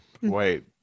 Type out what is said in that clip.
wait